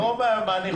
לא מה אני חושב.